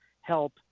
help